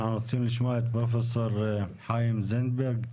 אנחנו רוצים לשמוע את פרופ' חיים זנדברג.